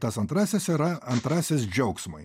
tas antrasis yra antrasis džiaugsmui